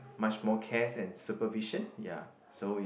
much more cares and supervision ya so it's